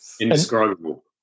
indescribable